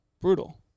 brutal